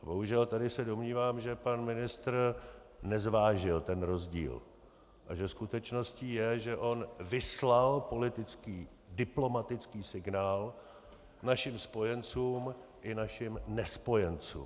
Bohužel, tady se domnívám, že pan ministr nezvážil ten rozdíl a že skutečností je, že on vyslal politický, diplomatický signál našim spojencům i našim nespojencům.